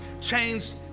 changed